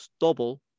double